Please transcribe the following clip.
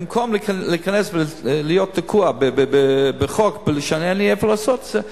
במקום להיכנס ולהיות תקוע בחוק כשאין לי מאיפה לעשות את זה,